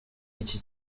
iki